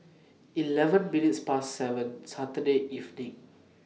eleven minutes Past seven Saturday evening